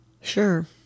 Sure